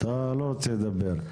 בבקשה.